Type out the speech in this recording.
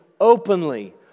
openly